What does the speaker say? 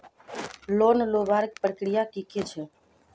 Loan लुबार प्रक्रिया की की छे?